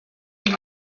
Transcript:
die